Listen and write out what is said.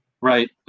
right